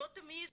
לא תמיד